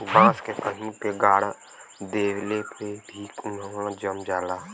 बांस के कहीं पे गाड़ देले पे भी उहाँ जम जाला